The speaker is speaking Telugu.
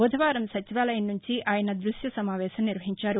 బుధవారం సచివాలయం నుంచి ఆయన దృక్య సమావేశం నిర్వహించారు